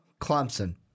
Clemson